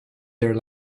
their